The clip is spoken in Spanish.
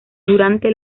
durante